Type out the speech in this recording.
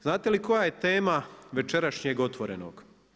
Znate li koja je tema večerašnjeg Otvorenog?